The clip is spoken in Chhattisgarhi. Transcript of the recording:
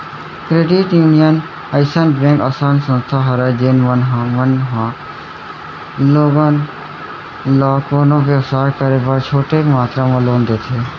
क्रेडिट यूनियन अइसन बेंक असन संस्था हरय जेन मन ह मन ह लोगन ल कोनो बेवसाय करे बर छोटे मातरा म लोन देथे